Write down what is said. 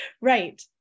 Right